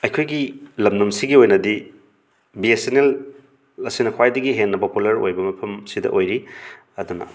ꯑꯩꯈꯣꯏꯒꯤ ꯂꯝꯗꯝꯁꯤꯒꯤ ꯑꯣꯏꯅꯗꯤ ꯕꯤ ꯑꯦꯁ ꯑꯦꯟ ꯑꯦꯜ ꯑꯁꯤꯅ ꯈ꯭ꯋꯥꯏꯗꯒꯤ ꯍꯦꯟꯅ ꯄꯣꯄꯨꯂꯔ ꯑꯣꯏꯕ ꯃꯐꯝꯁꯤꯗ ꯑꯣꯏꯔꯤ ꯑꯗꯨꯅ